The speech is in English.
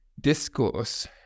discourse